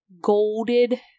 golded